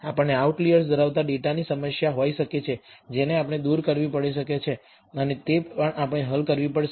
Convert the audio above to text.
આપણને આઉટલિઅર્સ ધરાવતા ડેટાની સમસ્યા હોઈ શકે છે જેને આપણે દૂર કરવી પડી શકે છે અને તે પણ આપણે હલ કરવી પડશે